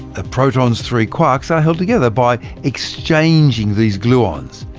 a proton's three quarks are held together by exchanging these gluons.